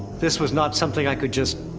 this was not something i could just.